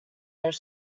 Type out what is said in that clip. are